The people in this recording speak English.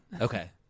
Okay